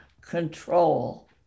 control